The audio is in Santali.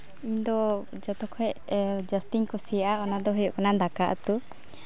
ᱤᱧᱫᱚ ᱡᱚᱛᱚ ᱠᱷᱚᱡ ᱡᱟᱹᱥᱛᱤᱧ ᱠᱩᱥᱤᱭᱟᱜᱼᱟ ᱚᱱᱟᱫᱚ ᱦᱩᱭᱩᱜ ᱠᱟᱱᱟ ᱫᱟᱠᱟ ᱩᱛᱩ